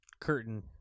Curtain